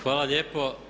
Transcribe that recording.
Hvala lijepo.